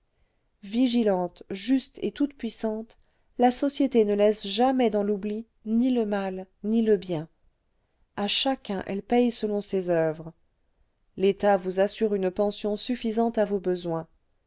vigilante juste et toute-puissante la société ne laisse jamais dans l'oubli ni le mal ni le bien à chacun elle paye selon ses oeuvres l'état vous assure une pension suffisante à vos besoins